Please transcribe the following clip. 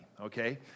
okay